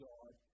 God